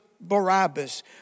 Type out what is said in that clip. Barabbas